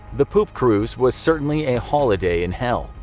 the poop cruise was certainly a holiday in hell.